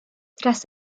tras